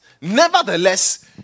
Nevertheless